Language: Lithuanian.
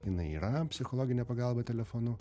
jinai yra psichologinė pagalba telefonu